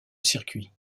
circuit